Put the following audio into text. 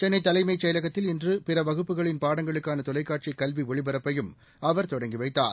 சென்னை தலைமைச் செயலகத்தில் இன்று பிற வகுப்புகளின் பாடங்களுக்கான தொலைக்காட்சி கல்வி ஜளிபரப்பையும் அவர் தொடங்கி வைத்தார்